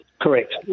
Correct